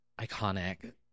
Iconic